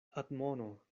admono